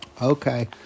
Okay